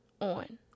on